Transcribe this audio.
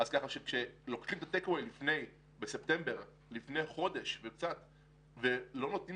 מדובר בסבך שנוצר